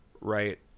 right